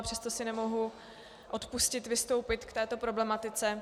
Ale přesto si nemohu odpustit vystoupit k této problematice.